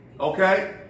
Okay